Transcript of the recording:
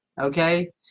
okay